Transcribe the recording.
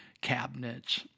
Cabinets